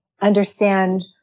understand